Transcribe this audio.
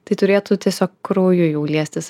tai turėtų tiesiog krauju jau liestis